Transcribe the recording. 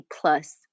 plus